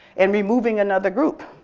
and removing another group.